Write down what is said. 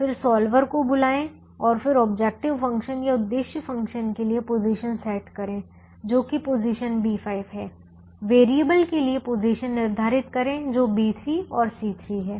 फिर सॉल्वर को बुलाए और फिर ऑब्जेक्टिव फंक्शन या उद्देश्य फ़ंक्शन के लिए पोजीशन सेट करें जो कि पोजीशन B5 है वेरिएबल के लिए पोजीशन निर्धारित करें जो B3 और C3 है